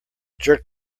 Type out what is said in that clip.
jerked